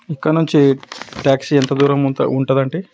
ఇక్కడ నుంచి ట్యాక్సీ ఎంత దూరం ఉంతా ఉంటదంటే